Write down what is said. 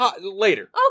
Later